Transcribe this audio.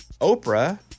Oprah